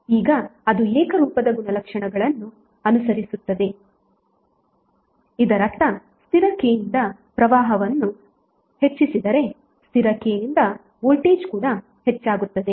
ಈಗ ಅದು ಏಕರೂಪದ ಗುಣಲಕ್ಷಣಗಳನ್ನು ಅನುಸರಿಸುತ್ತಿದ್ದರೆ ಇದರರ್ಥ ಸ್ಥಿರ K ಯಿಂದ ಪ್ರವಾಹವನ್ನು ಹೆಚ್ಚಿಸಿದರೆ ಸ್ಥಿರ K ನಿಂದ ವೋಲ್ಟೇಜ್ ಕೂಡ ಹೆಚ್ಚಾಗುತ್ತದೆ